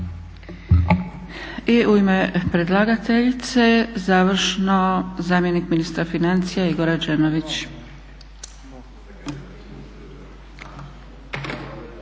I u ime predlagateljice završno zamjenik ministra financija Igor Rađenović.